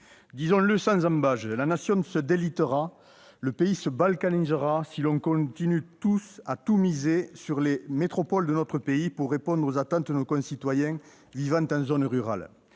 Disons-le sans ambages : la Nation se délitera, le pays se balkanisera, si nous continuons tous à tout miser sur les métropoles de notre pays pour répondre aux attentes de nos concitoyens vivant en zone rurale.